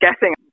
guessing